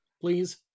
please